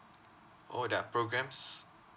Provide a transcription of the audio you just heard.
orh there are programmes